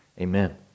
amen